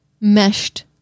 meshed